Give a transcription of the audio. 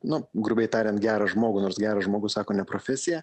na grubiai tariant gerą žmogų nors geras žmogus sako ne profesiją